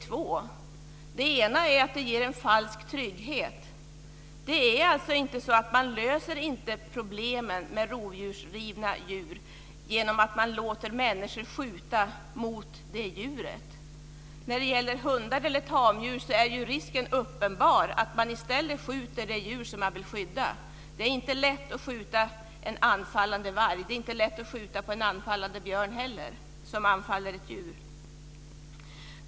Till att börja med ger det en falsk trygghet. Man löser inte problemet med rovdjursrivna djur genom att göra det tillåtet för människor att skjuta mot det rovdjuret. När det gäller hundar eller tamdjur är risken uppenbar att man i stället skjuter det djur som man vill skydda. Det är inte lätt att skjuta på en anfallande varg och inte heller på en björn som anfaller ett djur.